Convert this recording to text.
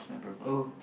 oh